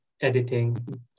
editing